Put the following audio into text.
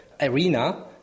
arena